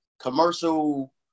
commercial